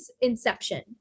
inception